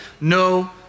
no